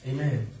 Amen